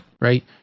Right